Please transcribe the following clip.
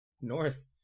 North